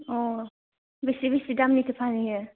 अ' बेसे दामनिथो फानहैयो